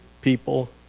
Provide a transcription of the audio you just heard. people